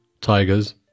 tigers